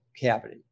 cavity